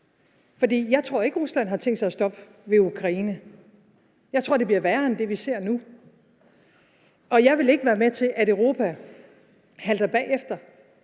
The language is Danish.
jeg tror ikke, at Rusland har tænkt sig at stoppe ved Ukraine. Jeg tror, at det bliver værre end det, vi ser nu, og jeg vil ikke være med til, at Europa halter bagefter.